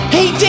Hey